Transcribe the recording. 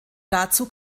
dazu